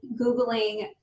Googling